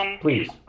please